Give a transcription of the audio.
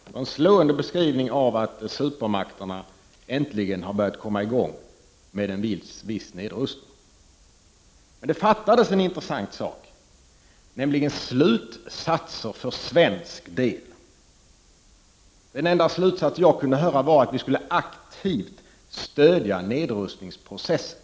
Det var en slående beskrivning av att supermakterna äntligen har börjat komma i gång med en viss nedrustning. Men det fattades en intressant sak, nämligen slutsatser för svensk del. Den enda slutsats som jag kunde höra var att vi i Sverige skulle aktivt stödja nedrustningsprocessen.